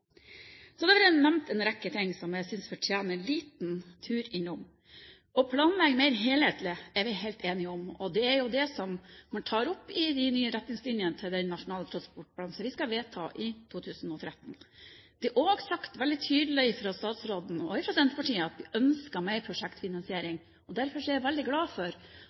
Så har det vært nevnt en rekke ting som jeg vil ta en liten tur innom. Å planlegge mer helhetlig er vi helt enige om. Det er jo det man tar opp i de nye retningslinjene til den nasjonale transportplanen som vi skal vedta i 2013. Det er også sagt veldig tydelig fra statsråden og fra Senterpartiet at vi ønsker mer prosjektfinansiering. Derfor er jeg veldig glad for